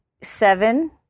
seven